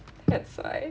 that's right